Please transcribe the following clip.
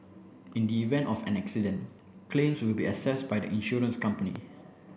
in the event of an accident claims will be assessed by the insurance company